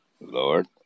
Lord